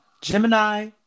Gemini